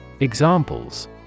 Examples